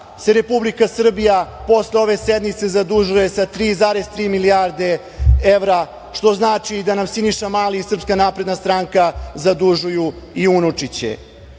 se Republika Srbija posle ove sednice zadužuje sa 3,3 milijarde evra, što znači da nam Siniša Mali i SNS zadužuju i unučiće. Da